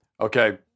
Okay